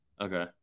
Okay